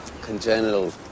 Congenital